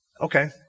Okay